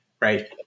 right